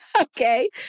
Okay